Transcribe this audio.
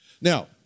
Now